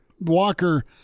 walker